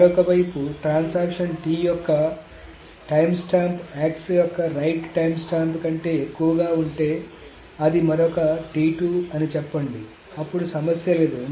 మరొక వైపు transaction T యొక్క టైమ్స్టాంప్ x యొక్క రైట్ టైమ్స్టాంప్ కంటే ఎక్కువగా ఉంటే అది మరొక అని చెప్పండి అప్పుడు సమస్య లేదు